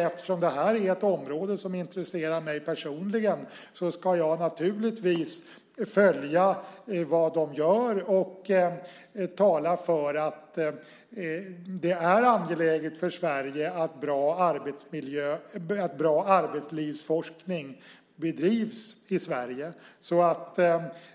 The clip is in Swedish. Eftersom detta är ett område som intresserar mig personligen ska jag naturligtvis följa vad de gör och tala om att det är angeläget för Sverige att bra arbetslivsforskning bedrivs i Sverige.